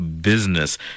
business